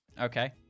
Okay